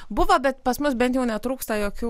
buvo bet pas mus bent jau netrūksta jokių